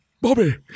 Bobby